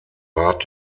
rat